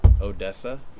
Odessa